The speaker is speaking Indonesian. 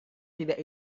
tidak